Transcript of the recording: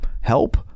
help